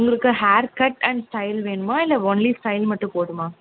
உங்களுக்கு hair cut and style வேணுமா இல்லை ஒன்லி ஸ்டைல் மட்டும் போதுமா